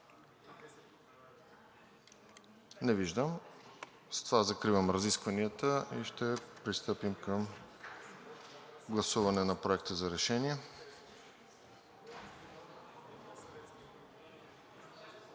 Не виждам. С това закривам разискванията и ще пристъпим към гласуване на Проекта за решение.